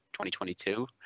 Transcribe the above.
2022